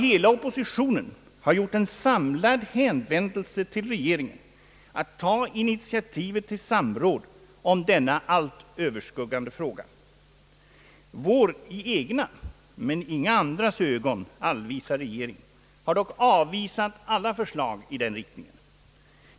Hela oppositionen har gjort en samlad hänvändelse till regeringen att ta initiativ till samråd i denna allt överskuggande fråga. Vår i egna men inga andras ögon allvisa regering har dock avvisat alla förslag i den riktningen.